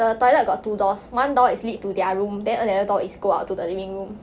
the toilet got two doors one door is lead to their room then another door is go out to the living room